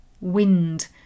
wind